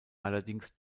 allerdings